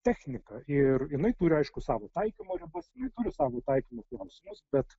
technika ir jinai turi aišku savo taikymo ribas ji turi savo taikymo klausimus bet